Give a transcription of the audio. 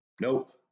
Nope